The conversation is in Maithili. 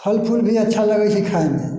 फल फूल भी अच्छा लगै छै खाइमे